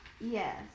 yes